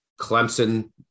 Clemson